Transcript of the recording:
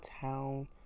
town